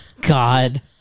god